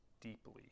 deeply